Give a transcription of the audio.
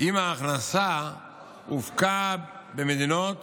אם ההכנסה הופקה במדינות